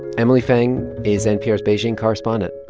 emily feng is npr's beijing correspondent.